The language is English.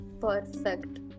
perfect